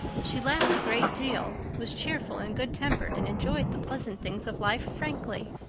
she laughed a great deal, was cheerful and good-tempered, and enjoyed the pleasant things of life frankly.